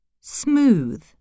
Smooth